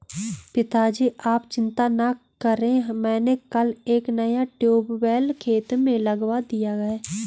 पिताजी आप चिंता ना करें मैंने कल एक नया ट्यूबवेल खेत में लगवा दिया है